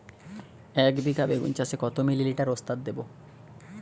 একবিঘা বেগুন চাষে কত মিলি লিটার ওস্তাদ দেবো?